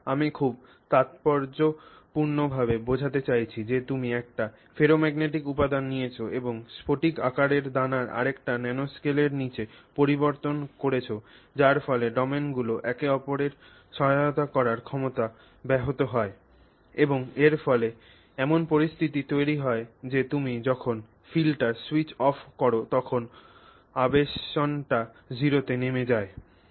এটি আমি খুব তাৎপর্যপূর্ণভাবে বোঝাতে চাইছি যে তুমি একটি ফেরোম্যাগনেটিক উপাদান নিয়েছ এবং স্ফটিক আকারের দানার আকারটি ন্যানোস্কলের নীচে পরিবর্তন করেছ যার ফলে ডোমেনগুলির একে অপরকে সহায়তা করার ক্ষমতা ব্যাহত হয় এবং এর ফলে এমন পরিস্থিতি তৈরি হয় যে তুমি যখন ফিল্ডটি স্যুইচ অফ কর তখন আবেশনটি 0 তে নেমে যায়